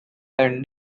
and